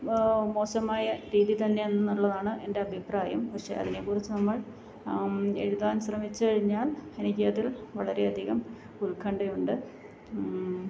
മോശമായ രീതിതന്നെയാണെന്നുള്ളതാണ് എൻ്റെ അഭിപ്രായം പക്ഷേ അതിനെക്കുറിച്ച് നമ്മൾ എഴുതാൻ ശ്രമിച്ചു കഴിഞ്ഞാൽ എനിക്കതിൽ വളരെ അധികം ഉൽക്കൺഠയുണ്ട്